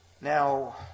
Now